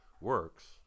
works